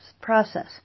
process